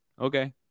okay